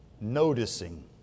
noticing